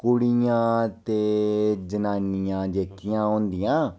कुड़ियां ते जनानियां जेह्कियां होंदियां